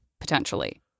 potentially